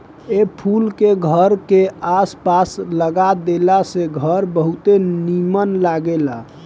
ए फूल के घर के आस पास लगा देला से घर बहुते निमन लागेला